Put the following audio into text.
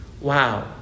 Wow